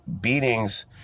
beatings